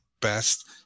best